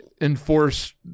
enforce